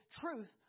truth